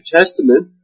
Testament